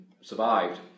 survived